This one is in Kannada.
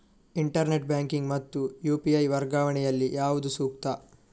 ಇಂಟರ್ನೆಟ್ ಬ್ಯಾಂಕಿಂಗ್ ಮತ್ತು ಯು.ಪಿ.ಐ ವರ್ಗಾವಣೆ ಯಲ್ಲಿ ಯಾವುದು ಸೂಕ್ತ?